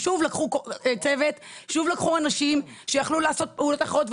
לקחו צוות ואנשים שיכלו לעשות פעולות אחרות,